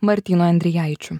martynu endrijaičiu